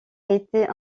été